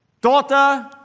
daughter